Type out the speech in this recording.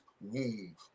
womb